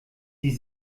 die